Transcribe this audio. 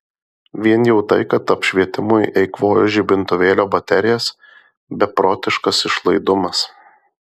vien jau tai kad apšvietimui eikvoju žibintuvėlio baterijas beprotiškas išlaidumas